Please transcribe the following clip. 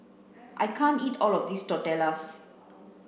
I can't eat all of this Tortillas